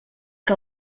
que